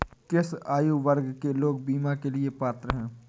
किस आयु वर्ग के लोग बीमा के लिए पात्र हैं?